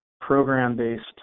program-based